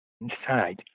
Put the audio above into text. inside